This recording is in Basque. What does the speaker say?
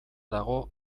dago